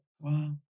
wow